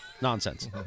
nonsense